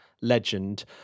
legend